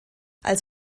als